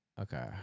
Okay